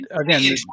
again